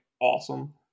awesome